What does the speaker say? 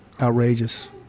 outrageous